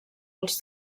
els